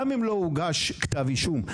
גם אם לא הוגש כתב אישום,